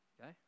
Okay